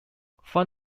from